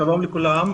שלום לכולם,